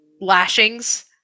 lashings